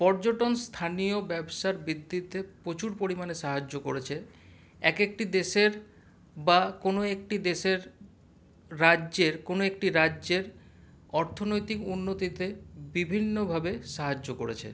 পর্যটন স্থানীয় ব্যবসার ভিত্তিতে প্রচুর পরিমানে সাহায্য করেছে এক একটি দেশের বা কোনো একটি দেশের রাজ্যের কোনো একটি রাজ্যের অর্থনৈতিক উন্নতিতে বিভিন্ন ভাবে সাহায্য করেছে